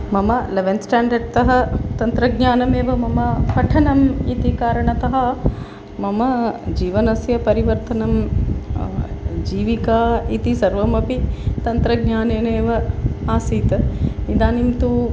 मम लेवेन् स्टाण्डर्ड्तः तन्त्रज्ञानम् एव मम पठनम् इति कारणतः मम जीवनस्य परिवर्तनं जीविका इति सर्वमपि तन्त्रज्ञानेन एव आसीत् इदानीं तु